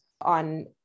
on